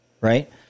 right